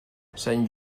sant